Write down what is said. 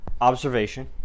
observation